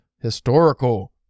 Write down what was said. historical